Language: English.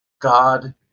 God